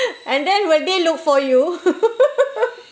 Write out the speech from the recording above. and then will they look for you